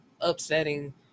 upsetting